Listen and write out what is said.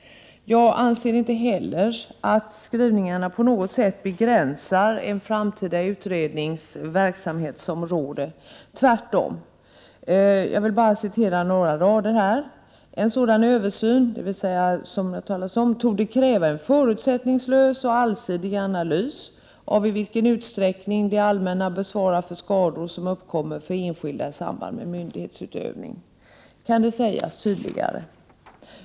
Jag anser inte heller att skrivningarna på något sätt begränsar en framtida utrednings verksamhetsområde, tvärtom. Jag vill bara citera några rader: ”En sådan översyn”, som det talats om, ”torde kräva en förutsättningslös och allsidig analys av i vilken utsträckning det allmänna bör svara för skador som uppkommer för enskilda i samband med myndighetsutövning”. Kan det sägas tydligare?